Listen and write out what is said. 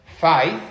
faith